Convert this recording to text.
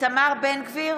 איתמר בן גביר,